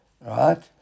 Right